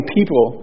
people